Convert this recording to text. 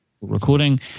recording